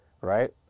Right